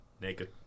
Naked